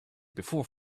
before